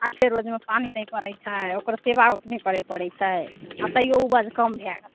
आठे रोजमे पानि देबऽ पड़ै छै ओकर सेबा ओतने करे पड़ै छै आ तैयो उपज कम भए गेल